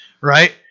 right